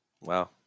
Wow